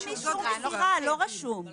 ממה שאני מכירה, אנחנו